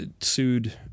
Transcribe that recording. sued